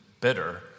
bitter